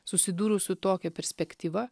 susidūrus su tokia perspektyva